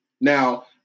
now